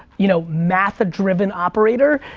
you know, math-driven operator,